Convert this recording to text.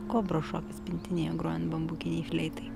kobrų šokis pintinėje grojant bambukinei fleitai